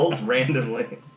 randomly